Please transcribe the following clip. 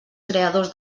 creadors